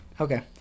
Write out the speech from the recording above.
okay